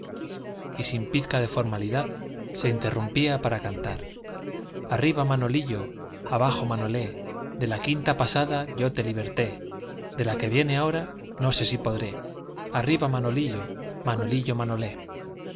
y sin pizca de formalidad se interrumpía para cantar arriba manolillo abajo manolé de la quinta pasada yo te liberté de la que viene ahora no sé si podré arriba manolillo manolillo manolé